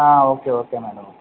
ആ okay okay madam okay മേടം